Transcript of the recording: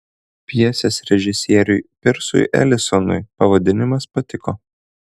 pjesės režisieriui pirsui elisonui pavadinimas patiko